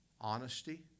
Honesty